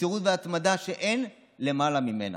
מסירות והתמדה שאין למעלה ממנה,